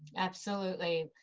absolutely.